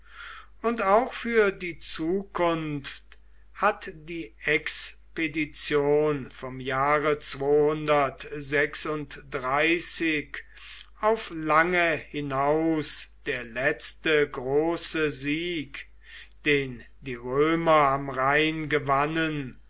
und auch für die zukunft hat die expedition vom jahre auf lange hinaus der letzte große sieg den die römer am rhein